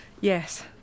Yes